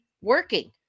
working